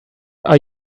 are